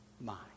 mind